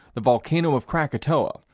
the volcano of krakatoa,